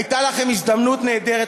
הייתה לכם הזדמנות נהדרת,